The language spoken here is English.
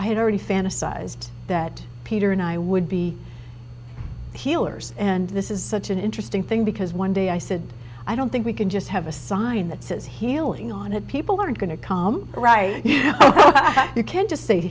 i had already fantasized that peter and i would be healers and this is such an interesting thing because one day i said i don't think we can just have a sign that says healing on it people aren't going to come right you can't just s